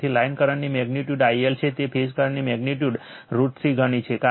તેથી લાઇન કરંટની magnitude IL તે ફેઝ કરંટની મેગ્નિટ્યુડ √ 3 ગણી છે